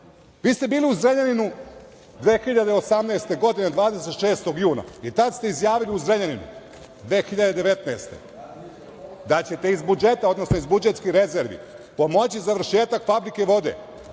ste bili u Zrenjaninu 2018. godine, 26. juna i tada ste izjavili u Zrenjaninu 2019. godine da ćete iz budžeta, odnosno iz budžetskih rezervi pomoći završetak fabrike vode